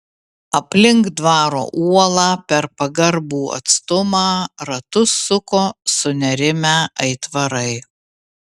aplink dvaro uolą per pagarbų atstumą ratus suko sunerimę aitvarai